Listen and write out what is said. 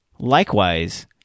Likewise